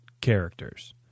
characters